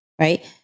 right